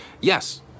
Yes